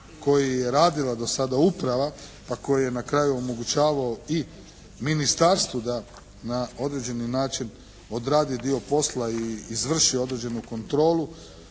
koji je radila do sada uprava, a koji je na kraju omogućavao i ministarstvu da na određeni način odradi dio posla i izvrši određenu kontrolu